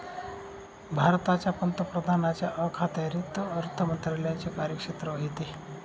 भारताच्या पंतप्रधानांच्या अखत्यारीत अर्थ मंत्रालयाचे कार्यक्षेत्र येते